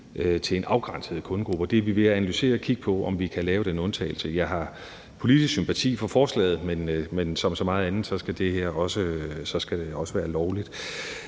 til en afgrænset kundegruppe, og det er vi ved at analysere, og vi kigger på, om vi kan lave den undtagelse. Jeg har politisk sympati for forslaget, men som med så meget andet skal det også være lovligt.